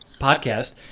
podcast